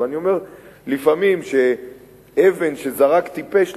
אבל אני אומר לפעמים שאבן שזרק טיפש לבור,